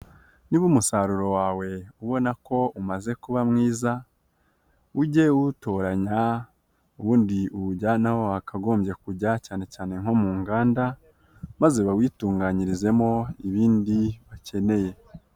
Niba umusaruro wawe ubona ko umaze kuba mwiza, ujye uwutoranya ubundi uwujyane aho wakagombye kujya cyane cyane nko mu nganda, maze bawitunganyirizemo ibindi bakeneye.